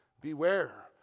Beware